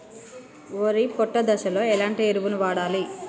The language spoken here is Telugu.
వరి పొట్ట దశలో ఎలాంటి ఎరువును వాడాలి?